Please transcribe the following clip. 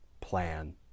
plan